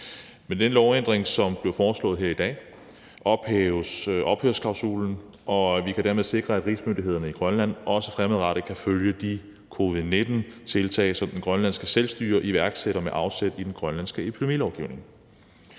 Med den lovændring, der bliver foreslået her i dag, ophæves ophørsklausulen. Vi kan dermed sikre, at rigsmyndighederne i Grønland også fremadrettet kan følge de covid-19-tiltag, som det grønlandske selvstyre iværksætter med afsæt i den grønlandske epidemilovgivning.